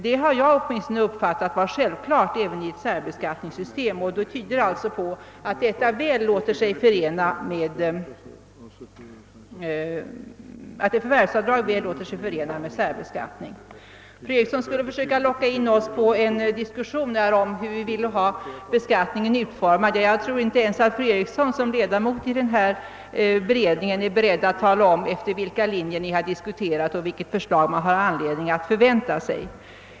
Detta har åtminstone jag uppfattat såsom självklart i ett särbeskattningssystem, och det tyder väl på att ett förvärvsavdrag ganska väl låter sig förena med särbeskattning. Fru Eriksson skulle försöka locka in oss på en diskussion om hur vi vill ha beskattningen utformad. Jag tror emellertid att inte ens fru Eriksson, i egenskap av ledamot i denna beredning, är beredd att tala om efter vilka linjer ni har diskuterat och vilket förslag man har anledning att förvänta sig.